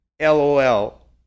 LOL